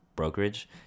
Brokerage